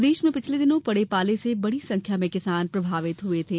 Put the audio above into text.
प्रदेश में पिछले दिनों पड़े पाले से बड़ी संख्या में किसान प्रभावित हुए थे